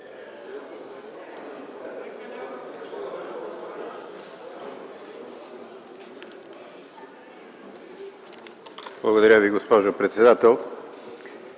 Благодаря Ви, госпожо председател.